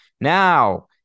Now